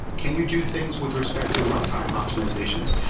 can you do things with respect to runtime optimizations?